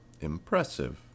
Impressive